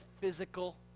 physical